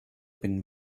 been